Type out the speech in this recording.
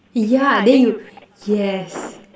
yeah then you yes